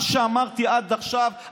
במה שאמרתי עד עכשיו,